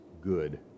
good